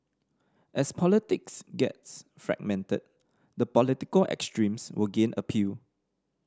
as politics gets fragmented the political extremes will gain appeal